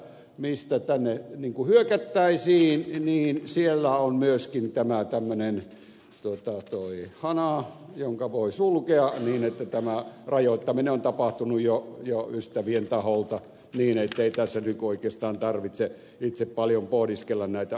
niistä siinä suunnassa mistä tänne hyökättäisiin on myöskin tämä tämmöinen hana jonka voi sulkea niin että tämä rajoittaminen on tapahtunut jo ystävien taholta niin ettei tässä oikeastaan tarvitse itse paljon pohdiskella näitä asioita